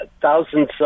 thousands